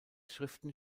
schriften